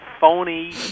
phony